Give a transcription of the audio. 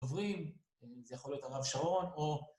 עוברים, זה יכול להיות הרב שרון, או...